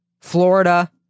Florida